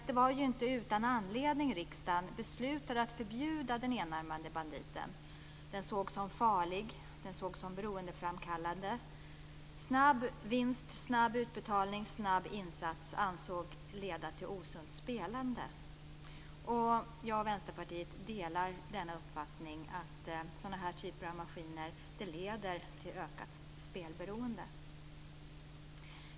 Det var inte utan anledning som riksdagen beslutade om att förbjuda den enarmade banditen. Den ansågs som farlig och beroendeframkallande. Snabb vinst, snabb utbetalning och snabb insats ansågs leda till osunt spelande. Jag och Vänsterpartiet delar uppfattningen att sådana här typer av maskiner leder till ökat spelberoende.